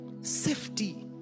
Safety